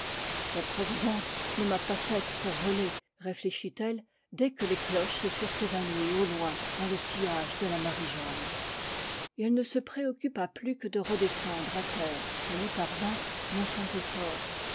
la providence ne m'a pas faite pour voler réfléchitelle dès que les cloches se furent évanouies au loin dans le sillage de la marie-jeanne et elle ne se préoccupa plus que de redescendre à terre elle y parvint non sans efforts